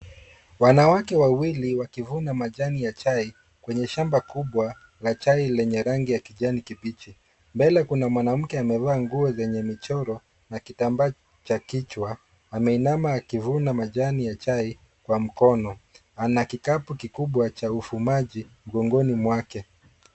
Wanawake wawili wakivuna majani ya chai kwenye shamba kubwa la chai lenye rangi ya kijani kibichi, mbele kuna mwanamke amevaa nguo zenye michoro na kitambaa cha kichwa ameinama akivuna majani ya chai kwa mkono, ana kikapu kikubwa cha ufumaji mgongoni mwake.